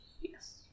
Yes